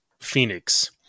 Phoenix